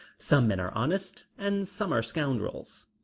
some men are honest and some are scoundrels.